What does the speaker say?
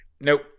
nope